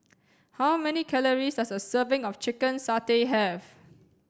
how many calories does a serving of chicken satay have